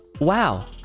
wow